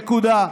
נקודה.